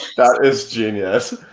that is genius.